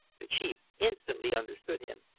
the chief instantly understood him,